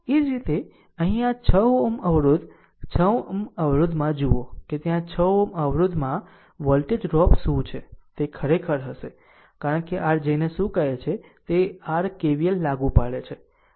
એ જ રીતે અહીં આ 6 Ω અવરોધ 6 Ω અવરોધમાં જુઓ કે ત્યાં 6 Ω અવરોધમાં વોલ્ટેજ ડ્રોપ શું છે તે ખરેખર હશે કારણ કે r જેને શું કહે છે તે R KVL લાગુ પડે છે